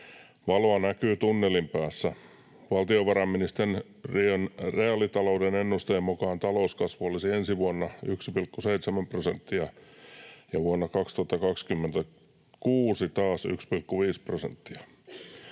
Valoa näkyy tunnelin päässä. Valtiovarainministeriön reaalitalouden ennusteen mukaan talouskasvu olisi ensi vuonna 1,7 prosenttia ja vuonna 2026 taas 1,5 prosenttia.